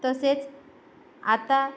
तसेच आता